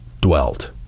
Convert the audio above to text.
dwelt